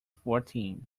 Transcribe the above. fourteen